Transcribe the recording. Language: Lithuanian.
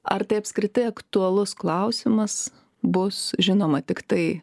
ar tai apskritai aktualus klausimas bus žinoma tiktai